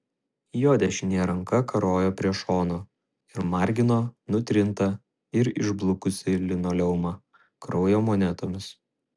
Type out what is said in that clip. jo dešinė ranka karojo prie šono ir margino nutrintą ir išblukusį linoleumą kraujo monetomis